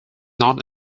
not